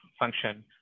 Function